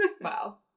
Wow